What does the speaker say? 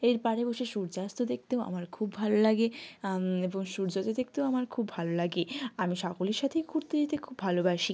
এর পাড়ে বসে সূর্যাস্ত দেখতেও আমার খুব ভালো লাগে এবং সূর্যোদয় দেখতেও আমার খুব ভালো লাগে আমি সকলের সাথেই ঘুরতে যেতে খুব ভালোবাসি